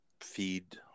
feed